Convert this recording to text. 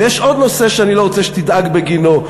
ויש עוד נושא שאני לא רוצה שתדאג בגינו,